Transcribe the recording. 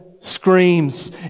screams